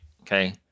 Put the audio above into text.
okay